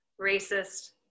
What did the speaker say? racist